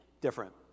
different